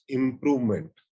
improvement